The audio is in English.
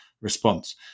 response